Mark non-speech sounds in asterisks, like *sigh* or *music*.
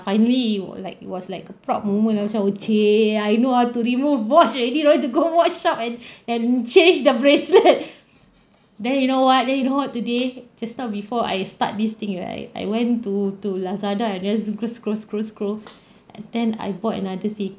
finally it would like it was like a proud moment I was like !chey! I know how to remove watch already no need to go watch shop and *breath* and change the bracelet *laughs* then you know what then you know what today to start before I start this thing right I went to to Lazada and then scroll scroll scroll scroll *breath* and then I bought another Sei~